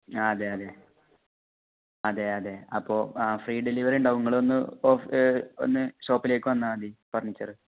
ആ അതെ അതെ അതെ അതെ അപ്പോൾ ആ ഫ്രീ ഡെലിവറി ഉണ്ടാവും നിങ്ങളൊന്ന് ഒന്ന് ഷോപ്പിലേക്ക് വന്നാൽമതി ഫർണിച്ചറ്